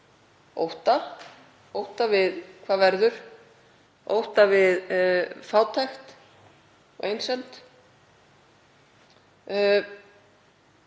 ótta, ótta við hvað verður, ótta við fátækt og einsemd?